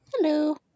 Hello